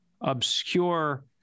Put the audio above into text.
obscure